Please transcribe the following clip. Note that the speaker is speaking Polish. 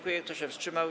Kto się wstrzymał?